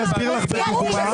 אני אסביר לך בדוגמה.